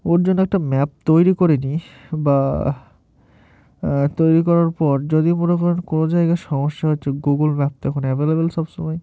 ওর জন্য একটা ম্যাপ তৈরি করে নিই বা তৈরি করার পর যদি মনে করুন কোনো জায়গায় সমস্যা হচ্ছে গুগল ম্যাপ তো এখন অ্যাভেইলেবল সবসময়